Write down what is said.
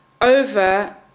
over